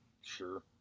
sure